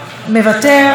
מוותר,